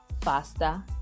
faster